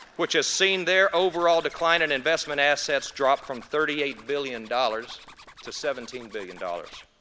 which has seen their overall decline in investment assets drop from thirty eight billion dollars to seventeen billion dollars.